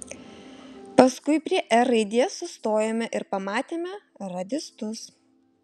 paskui prie r raidės sustojome ir pamatėme radistus